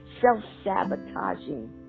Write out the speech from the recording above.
self-sabotaging